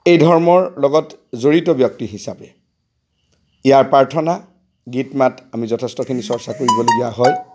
এই ধৰ্মৰ লগত জড়িত ব্যক্তি হিচাপে ইয়াৰ প্ৰাৰ্থনা গীত মাত আমি যথেষ্টখিনি চৰ্চা কৰিবলগীয়া হয়